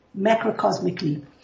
macrocosmically